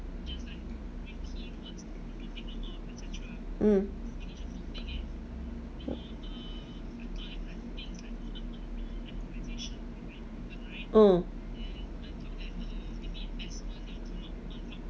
mm mm